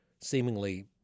seemingly